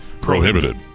prohibited